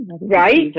Right